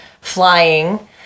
flying